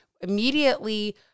immediately